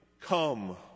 come